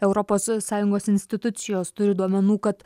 europos sąjungos institucijos turi duomenų kad